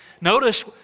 Notice